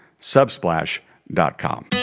subsplash.com